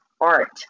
art